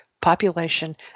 population